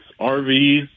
RVs